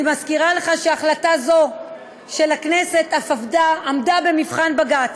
אני מזכירה לך שהחלטה זו של הכנסת אף עמדה במבחן בג"ץ.